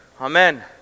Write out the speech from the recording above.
Amen